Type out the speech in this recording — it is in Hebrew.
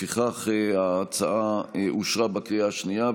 לפיכך, ההצעה אושרה בקריאה השנייה.